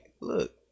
Look